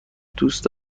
دوست